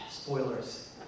Spoilers